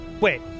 Wait